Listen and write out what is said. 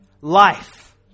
life